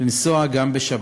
לנסוע גם בשבת.